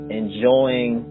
enjoying